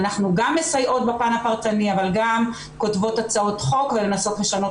ואנחנו גם מסייעות בפן הפרטני אבל גם כותבות הצעות חוק ומנסות לשנות